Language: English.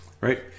right